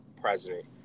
president